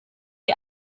ihr